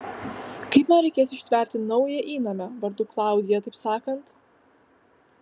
kaip man reikės ištverti naują įnamę vardu klaudija taip sakant